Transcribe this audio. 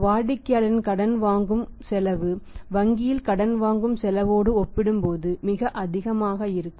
வாடிக்கையாளரின் கடன் வாங்கும் செலவு வங்கியில் கடன் வாங்கும் செலவோடு ஒப்பிடும்போது மிக அதிகமாக இருக்கும்